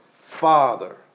father